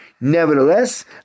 nevertheless